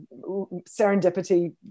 serendipity